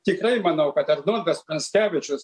tikrai manau kad arnoldas pranckevičius